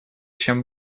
чем